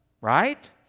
right